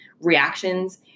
reactions